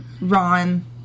Ron